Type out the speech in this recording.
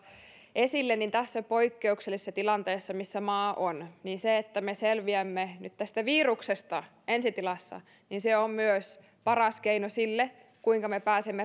esille niin tässä poikkeuksellisessa tilanteessa missä maamme on niin se että me selviämme nyt tästä viruksesta ensi tilassa on myös paras keino siihen että me pääsemme